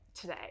today